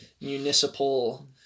municipal